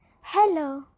Hello